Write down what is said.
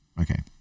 Okay